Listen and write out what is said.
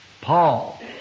Paul